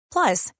Plus